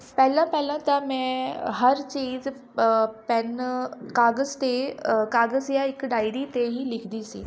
ਪਹਿਲਾਂ ਪਹਿਲਾਂ ਤਾਂ ਮੈਂ ਹਰ ਚੀਜ਼ ਪੈੱਨ ਕਾਗਜ਼ ਅਤੇ ਕਾਗਜ਼ ਜਾਂ ਇੱਕ ਡਾਇਰੀ 'ਤੇ ਹੀ ਲਿਖਦੀ ਸੀ